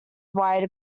white